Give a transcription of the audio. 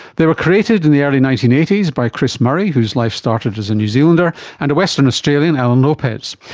they were created in the early nineteen eighty s by chris murray whose life started as a new zealander, and a western australian, alan lopez.